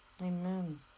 Amen